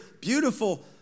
beautiful